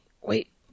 wait